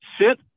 sit